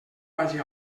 vagi